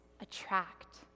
attract